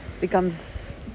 becomes